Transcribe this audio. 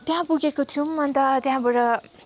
त्यहाँ पुगेका थियौँ अन्त त्यहाँबाट